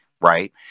right